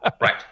Right